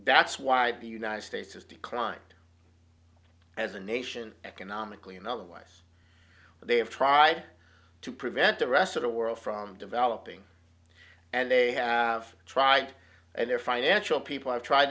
that's why the united states has declined as a nation economically and otherwise they have tried to prevent the rest of the world from developing and they have tried and their financial people have tried